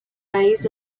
eyes